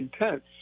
intense